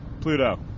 Pluto